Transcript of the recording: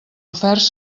oferts